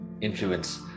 influence